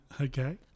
Okay